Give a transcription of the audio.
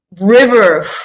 river